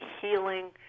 healing